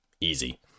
Easy